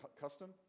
custom